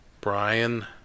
Brian